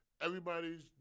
everybody's